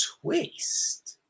twist